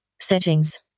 Settings